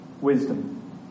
Wisdom